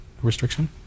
restriction